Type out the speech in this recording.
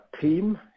team